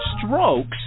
Strokes